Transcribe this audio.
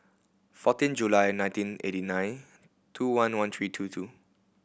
fourteen July nineteen eighty nine two one one three two two